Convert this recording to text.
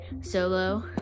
Solo